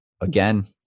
Again